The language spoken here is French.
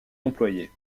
employés